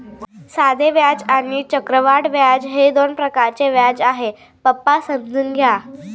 साधे व्याज आणि चक्रवाढ व्याज हे दोन प्रकारचे व्याज आहे, पप्पा समजून घ्या